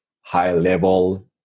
high-level